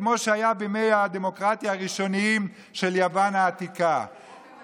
כמו שהיה בימי הדמוקרטיה הראשונים של יוון העתיקה.